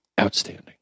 Outstanding